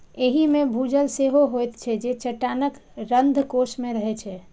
एहि मे भूजल सेहो होइत छै, जे चट्टानक रंध्रकोश मे रहै छै